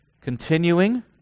Continuing